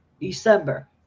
December